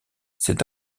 s’est